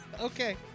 Okay